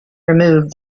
removed